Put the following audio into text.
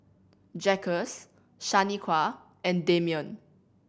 Jacques Shaniqua and Damian